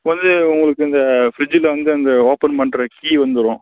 இப்போ வந்து உங்களுக்கு இந்த ஃபிரிட்ஜில் வந்து அந்த ஓப்பன் பண்ணுற கீ வந்துடும்